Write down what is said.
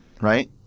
Right